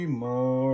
more